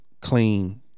Clean